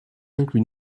inclut